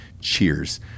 Cheers